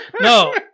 No